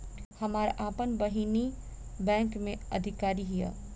हमार आपन बहिनीई बैक में अधिकारी हिअ